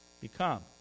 become